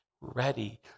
ready